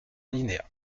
alinéa